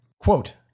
quote